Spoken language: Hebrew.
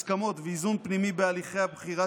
הסכמות ואיזון פנימי בהליכי הבחירה,